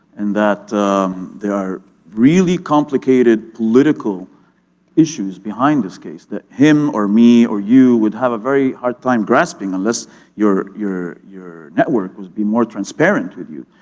and that there are really complicated political issues behind this case that him or me or you would have a very hard time grasping unless your your network would be more transparent with you.